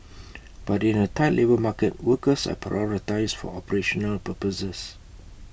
but in A tight labour market workers are prioritised for operational purposes